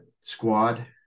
squad